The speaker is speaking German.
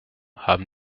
haben